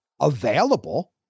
available